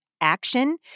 action